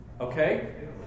Okay